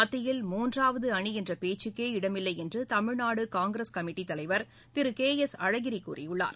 மத்தியில் மூன்றாவது அணி என்ற பேச்சுக்கே இடமில்லை என்று தமிழ்நாடு காங்கிரஸ் கமிட்டி தலைவர் திரு கே எஸ் அழகிரி கூறியுள்ளார்